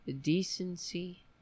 decency